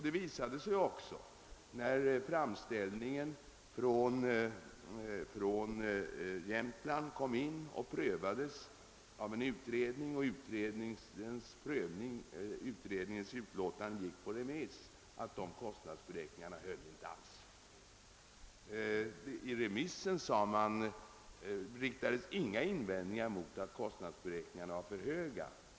Det visade sig också se dan framställningen från Jämtland hade kommit in och blivit prövad av en utredning, vilkens utlåtande gick ut på remiss, att kostnadsberäkningarna inte alls höll. Vid remissbehandlingen riktades inga invändningar mot att kostnadsberäkningarna skulle vara för höga.